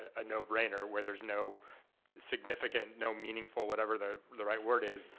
a no-brainer where there's no significant, no meaningful, whatever the the right word is,